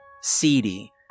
Seedy